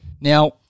Now